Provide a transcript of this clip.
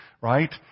right